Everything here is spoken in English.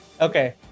Okay